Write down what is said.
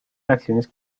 reacciones